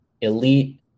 elite